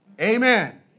Amen